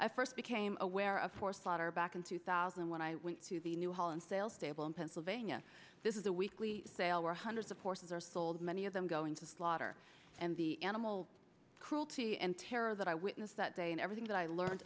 i first became aware of for slaughter back in two thousand when i went to the new holland sales stable in pennsylvania this is a weekly sale where hundreds of horses are sold many of them going to slaughter and the animal cruelty and terror that i witnessed that day and everything that i learned